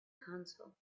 counsel